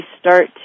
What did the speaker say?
start